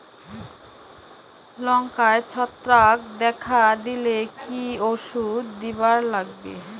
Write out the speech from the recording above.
লঙ্কায় ছত্রাক দেখা দিলে কি ওষুধ দিবার লাগবে?